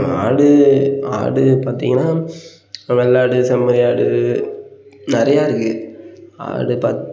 ஆடு ஆடு பார்த்திங்கன்னா இப்போ வெள்ளாடு செம்மறி ஆடு நிறையா இருக்குது ஆடு பாத்